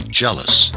jealous